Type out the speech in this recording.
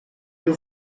you